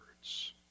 words